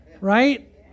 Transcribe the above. Right